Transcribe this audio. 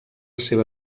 seva